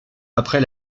après